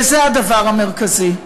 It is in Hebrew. וזה הדבר המרכזי,